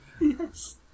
Yes